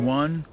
one